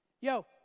yo